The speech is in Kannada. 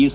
ಎಸ್